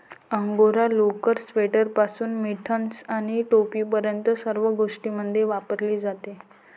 angora लोकर, स्वेटरपासून mittens आणि टोपीपर्यंत सर्व गोष्टींमध्ये वापरली जाते